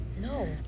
No